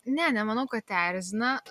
ne nemanau kad erzina